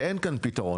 אין כאן פתרון.